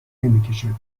نمیکشند